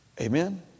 amen